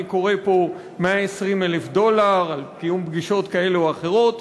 אני קורא פה: 120,000 דולר על קיום פגישות כאלו או אחרות.